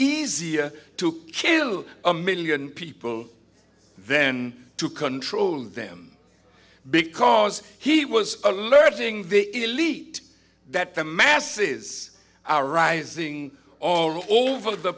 easier to kill a million people then to control them because he was alerting the elite that the masses are rising all over the